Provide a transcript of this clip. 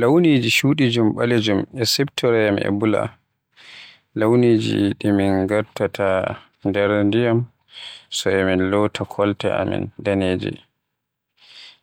Launiji Shuɗijum ɓalejum e siftoroyam e blur, launiji di min ngatata e nder ndiyam so e min lota kolte amin daneje.